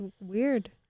weird